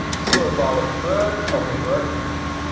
so, about a third of ah working year.